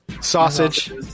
sausage